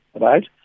right